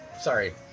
sorry